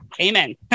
Amen